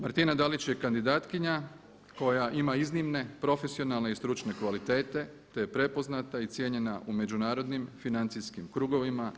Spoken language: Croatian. Martina Dalić je kandidatkinja koja ima iznimne profesionalne i stručne kvalitete, te je prepoznata i cijenjena u međunarodnim financijskim krugovima.